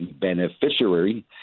beneficiary